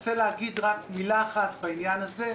מילה אחת בעניין הזה,